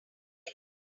tell